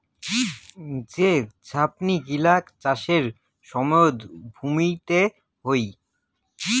যে ঝাপনি গিলা চাষের সময়ত ভুঁইতে হই